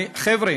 חבר'ה,